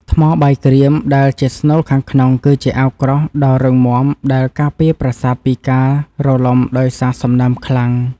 ថ្មបាយក្រៀមដែលជាស្នូលខាងក្នុងគឺជាអាវក្រោះដ៏រឹងមាំដែលការពារប្រាសាទពីការរលំដោយសារសំណើមខ្លាំង។